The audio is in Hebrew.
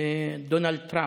דונלד טראמפ,